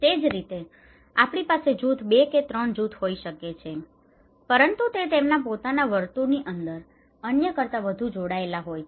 તે જ રીતે આપણી પાસે જૂથ 2 કે 3 જૂથ હોઈ શકે છે પરંતુ તે તેમના પોતાના વર્તુળની અંદર અન્ય કરતા વધુ જોડાયેલા હોય છે